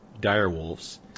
direwolves